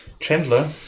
Chandler